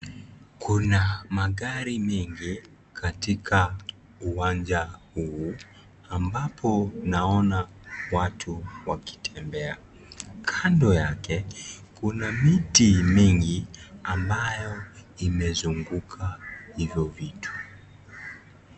Kuna magari mingi katika uwanja huu ambapo naona watu wakitembea. Kando yake kuna miti mingi ambayo imezunguka hivyo vitu.